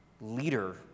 leader